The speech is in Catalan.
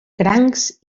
crancs